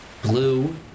Blue